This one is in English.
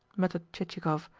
muttered chichikov,